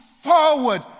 forward